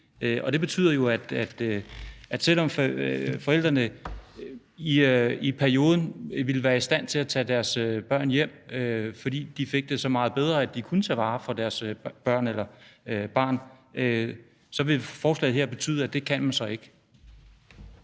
og det betyder jo, at selv om forældrene i perioden ville være i stand til at tage deres børn hjem, fordi de fik det så meget bedre, at de kunne tage vare på deres børn eller barn, så ville de ikke kunne